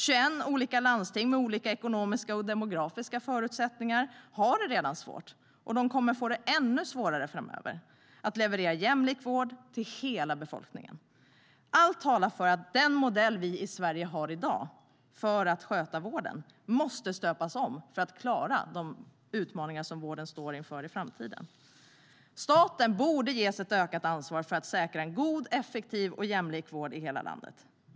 21 olika landsting med olika ekonomiska och demografiska förutsättningar har det redan svårt, och de kommer att få det ännu svårare framöver att leverera jämlik vård till hela befolkningen. Staten bör ges ett ökat ansvar för att säkra en god, effektiv och jämlik vård i hela landet.